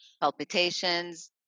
palpitations